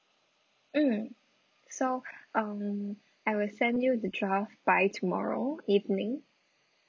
mm so um I will send you the draft by tomorrow evening